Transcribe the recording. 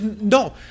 no